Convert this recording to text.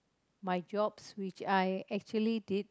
my jobs which I actually did